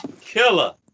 Killer